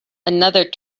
another